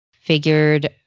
figured